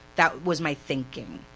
that was my thinking,